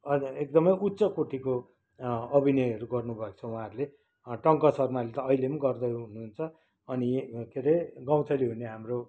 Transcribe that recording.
अहिले एकदमै उच्च कोटिको अभिनयहरू गर्नुभएको छ उहाँहरूले टङ्क शर्माले त अहिले पनि गर्दै हुनुहुन्छ अनि के अरे गौँथली भन्ने हाम्रो